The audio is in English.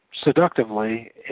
seductively